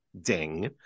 ding